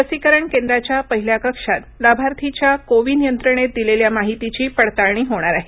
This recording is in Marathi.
लसीकरण केंद्राच्या पहिल्या कक्षात लाभार्थीच्या कोविन यंत्रणेत दिलेल्या माहितीची पडताळणी होणार आहे